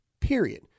period